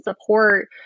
support